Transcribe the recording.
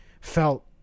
felt